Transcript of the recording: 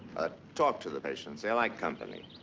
ah talk to the patients. they like company.